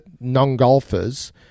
non-golfers